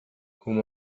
whom